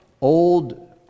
old